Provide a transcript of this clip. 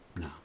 No